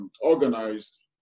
organized